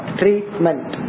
treatment